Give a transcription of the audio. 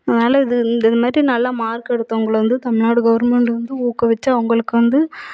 அதனால் இது இந்த மாதிரி நல்லா மார்க் எடுத்தவங்கள வந்த தமிழ்நாடு கவர்மெண்டு வந்து ஊக்குவித்து அவங்களுக்கு வந்து